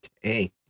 hey